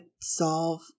solve